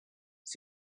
his